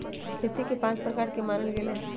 खेती के पाँच प्रकार के मानल गैले है